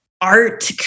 art